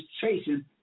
chasing